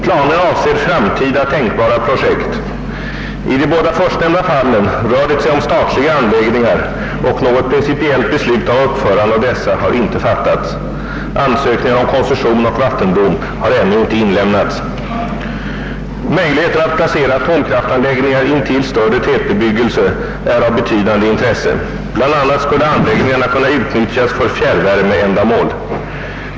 Planerna avser framtida tänkbara projekt. I de båda förstnämnda fallen rör det sig om statliga anläggningar, och något principiellt beslut om uppförande av dessa har inte fattats. Ansökningar om koncession och vattendom har ännu inte inlämnats. Möjligheten att placera atomkraftanläggningar intill större tätbebyggelse är av betydande intresse. BI. a. skulle anläggningarna kunna utnyttjas för fjärrvärmeändamål.